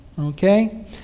Okay